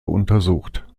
untersucht